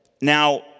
now